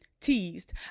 teased